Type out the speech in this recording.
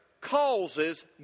causes